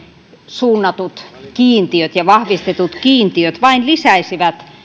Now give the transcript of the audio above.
suunnatut kiintiöt ja vahvistetut kiintiöt vain lisäisivät